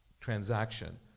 transaction